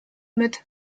mit